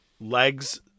Legs